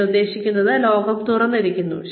ഞാൻ ഉദ്ദേശിക്കുന്നത് ലോകം തുറന്നിരിക്കുന്നു